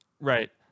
right